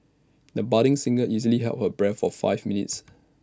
the budding singer easily held her breath for five minutes